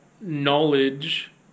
knowledge